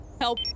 Help